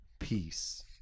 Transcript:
Peace